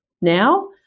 now